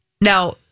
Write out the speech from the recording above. Now